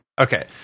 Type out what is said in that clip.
Okay